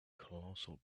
colossal